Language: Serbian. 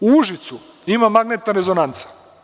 U Užicu ima magnetna rezonanca.